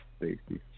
safety